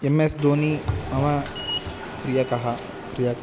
M S Dhoni मम प्रियः प्रियः